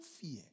fear